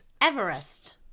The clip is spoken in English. Everest